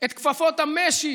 את כפפות המשי